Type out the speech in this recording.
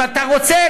אם אתה רוצה,